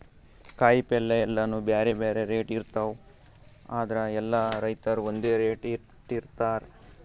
ಕಾಯಿಪಲ್ಯ ಎಲ್ಲಾನೂ ಬ್ಯಾರೆ ಬ್ಯಾರೆ ರೇಟ್ ಇರ್ತವ್ ಆದ್ರ ಎಲ್ಲಾ ರೈತರ್ ಒಂದ್ ರೇಟ್ ಇಟ್ಟಿರತಾರ್